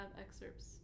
excerpts